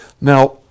Now